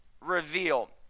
reveal